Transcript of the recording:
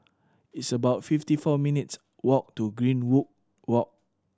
it's about fifty four minutes' walk to Greenwood Walk